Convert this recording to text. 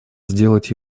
сделать